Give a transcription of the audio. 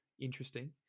Interesting